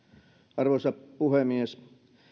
arvoisa puhemies